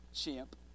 Champ